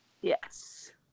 Yes